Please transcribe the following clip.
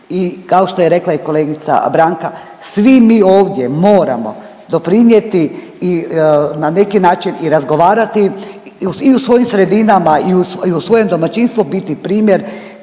kao što je rekla i kolegica Branka, svi mi ovdje moramo doprinijeti i na neki način razgovarati i u svojim sredinama i u svojem domaćinstvu biti primjer